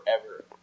forever